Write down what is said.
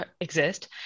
exist